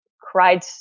cried